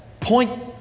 point